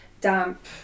damp